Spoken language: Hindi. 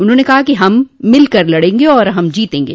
उन्होंने कहा कि हम मिलकर लडेंगे हम जीतेंगे